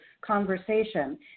conversation